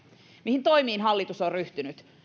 mihin toimiin hallitus on ryhtynyt